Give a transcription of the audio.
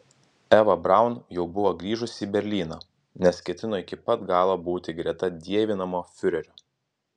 eva braun jau buvo grįžusi į berlyną nes ketino iki pat galo būti greta dievinamo fiurerio